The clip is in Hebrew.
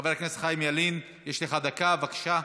חבר הכנסת חיים ילין, יש לך דקה, בבקשה.